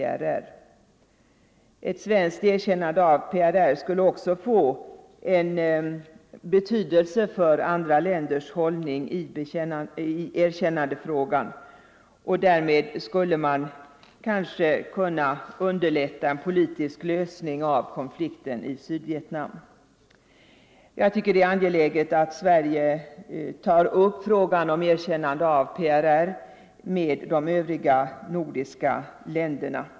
27 november 1974 Ett svenskt erkännande skulle också få betydelse för andra länders hållning i erkännandefrågan, och därmed skulle man kunna underlätta — Diplomatiska en politisk lösning av konflikten i Sydvietnam. Det är angeläget att Sve — förbindelser med rige tar upp frågan om erkännande av PRR med de övriga nordiska län = vissa regeringar derna.